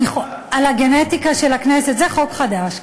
זה חוק חדש.